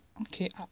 okay